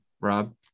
Rob